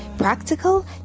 practical